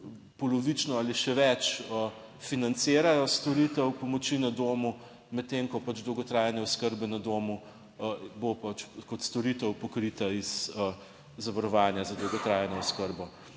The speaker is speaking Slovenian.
polovično ali še več financirajo storitev pomoči na domu, medtem ko pač dolgotrajne oskrbe na domu bo pač kot storitev pokrita iz zavarovanja za dolgotrajno oskrbo.